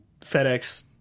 FedEx